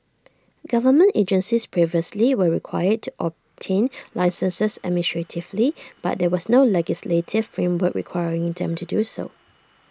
government agencies previously were required to obtain licences administratively but there was no legislative framework requiring them to do so